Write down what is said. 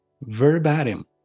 verbatim